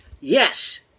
yes